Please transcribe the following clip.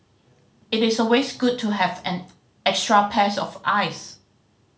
it is always good to have an extra pairs of eyes